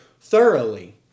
thoroughly